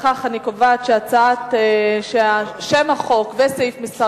לפיכך אני קובעת ששם החוק וסעיף מס'